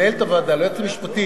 וכן למנהלת הוועדה, ליועץ המשפטי